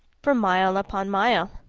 for mile upon mile.